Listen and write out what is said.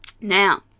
Now